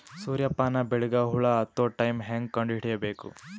ಸೂರ್ಯ ಪಾನ ಬೆಳಿಗ ಹುಳ ಹತ್ತೊ ಟೈಮ ಹೇಂಗ ಕಂಡ ಹಿಡಿಯಬೇಕು?